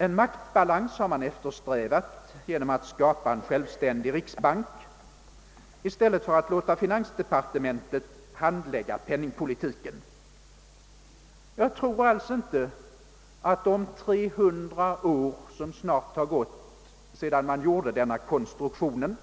En maktba lans har man eftersträvat genom att skapa en självständig riksbank i stället för att låta finansdepartementet handlägga penningpolitiken. Jag tror alltså inte att de 300 år som snart har gått sedan denna konstruktion gjordes